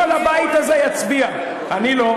כל הבית הזה יצביע, אני לא.